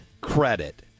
Credit